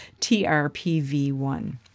TRPV1